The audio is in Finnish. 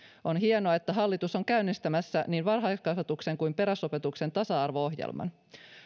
on hienoa että hallitus on käynnistämässä niin varhaiskasvatuksen kuin perusopetuksen tasa arvo ohjelman